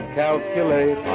calculate